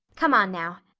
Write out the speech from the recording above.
come on now.